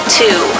two